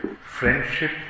friendship